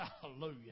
Hallelujah